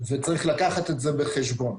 וצריך לקחת את זה בחשבון.